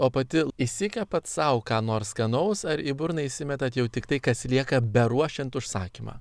o pati išsikepat sau ką nors skanaus ar į burną įsimetat jau tiktai kas lieka beruošiant užsakymą